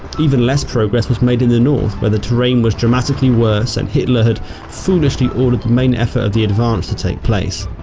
even less progress was made in the north where the terrain was dramatically worse and hitler had foolishly ordered the main effort of the advance to take place.